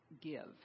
give